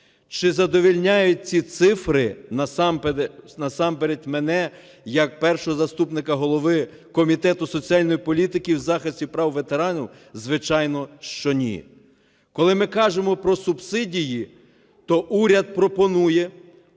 Чи задовольняють ці цифри насамперед мене як першого заступника голови Комітету соціальної політики, захисту прав ветеранів? Звичайно, що ні. Коли ми кажемо про субсидії, то уряд пропонує